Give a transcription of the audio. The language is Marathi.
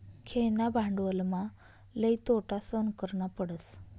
खेळणा भांडवलमा लई तोटा सहन करना पडस